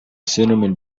cinnamon